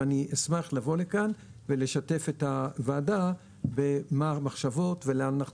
ואשמח לבוא לכאן ולשתף את הוועדה במחשבות ולאן אנחנו